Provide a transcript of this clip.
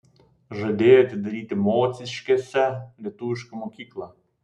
žadėjo atidaryti mociškėse lietuvišką mokyklą